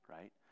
right